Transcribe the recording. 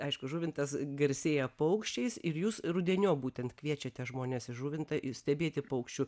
aišku žuvintas garsėja paukščiais ir jūs rudeniop būtent kviečiate žmones į žuvintą i stebėti paukščių